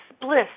bliss